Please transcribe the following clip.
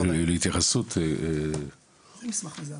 מסמך מזעזע.